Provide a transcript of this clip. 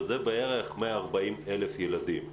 וזה בערך 140 אלף ילדים.